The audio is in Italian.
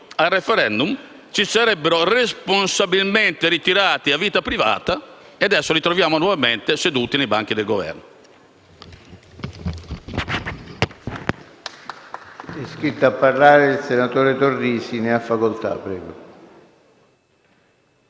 al *referendum*, si sarebbero responsabilmente ritirati a vita privata. E adesso, invece, li troviamo nuovamente seduti ai banchi del Governo.